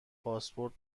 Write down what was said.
پاسپورت